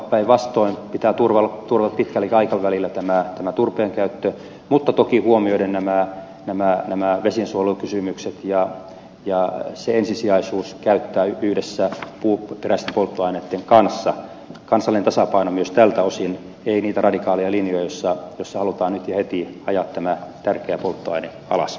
päinvastoin pitää turvata pitkälläkin aikavälillä tämä turpeen käyttö mutta toki huomioiden nämä vesiensuojelukysymykset ja ensisijaisuus käyttää turvetta yhdessä puuperäisten polttoaineitten kanssa ja kansallinen tasapaino myös tältä osin ei niitä radikaaleja linjoja joissa halutaan nyt ja heti ajaa tämä tärkeä polttoaine alas